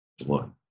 one